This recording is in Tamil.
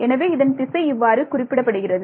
எனவே இதன் திசை இவ்வாறு குறிப்பிடப்படுகிறது